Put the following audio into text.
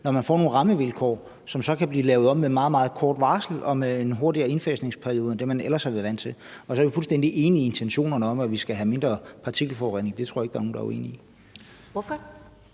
når man får nogle rammevilkår, som så kan blive lavet om med meget, meget kort varsel og med en hurtigere indfasningsperiode end det, man ellers har været vant til? Og så er vi fuldstændig enige i intentionerne om, at vi skal have mindre partikelforurening. Det tror jeg ikke der er nogen der er uenig i. Kl.